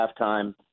halftime